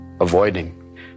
avoiding